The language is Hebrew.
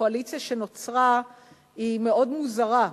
הקואליציה שנוצרה היא מאוד מוזרה.